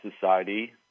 society